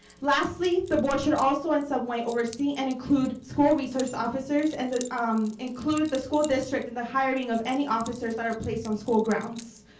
lastly, the board should also in some way oversee and include school resource officers and um include the school district in the hiring of any officers that are placed on school grounds.